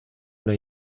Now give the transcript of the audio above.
una